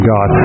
God